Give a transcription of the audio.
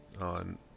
on